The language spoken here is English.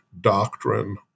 doctrine